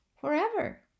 forever